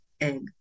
egg